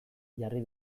jarri